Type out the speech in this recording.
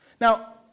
Now